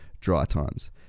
DryTimes